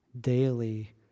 daily